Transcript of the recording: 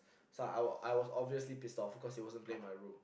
so I was I was obviously pissed off because he wasn't playing by rule